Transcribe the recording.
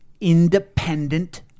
independent